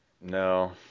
No